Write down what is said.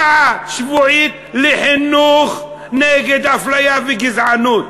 שעה שבועית לחינוך נגד אפליה וגזענות.